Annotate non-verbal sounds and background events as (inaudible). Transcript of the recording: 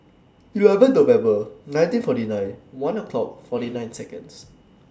eleven November nineteen forty nine one o'clock forty nine Seconds (noise)